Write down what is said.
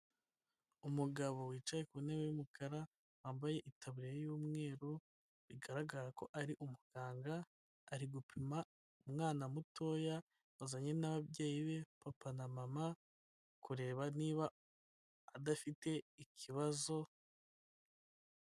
Umugabo wicaye ku ntebe y'umukara wambaye itaburiya y'umweru, bigaragara ko ari umuganga, ari gupima umwana mutoya azanye n'ababyeyi be papa na mama kureba niba adafite ikibazo.